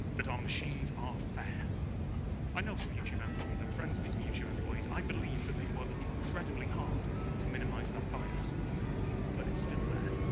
that our machines are fair i know some youtube employees. i'm friends with some youtube employees. i believe that they work incredibly hard to minimize that bias but it's still there.